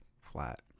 flat